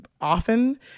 often